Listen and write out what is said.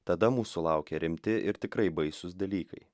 tada mūsų laukia rimti ir tikrai baisūs dalykai